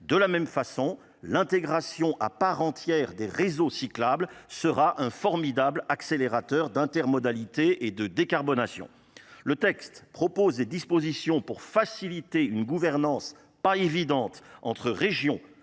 de la même façon. L'intégration à part entière des réseaux cyclables sera un formidable accélérateur d'intermodalité et de décarbonation. texte propose des dispositions pour faciliter une gouvernance pas évidente entre régions